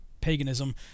paganism